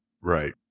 Right